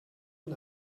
den